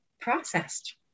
processed